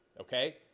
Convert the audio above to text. okay